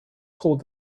called